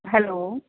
hello